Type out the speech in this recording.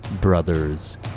Brothers